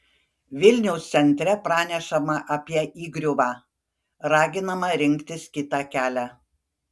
vilniaus centre pranešama apie įgriuvą raginama rinktis kitą kelią